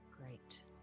Great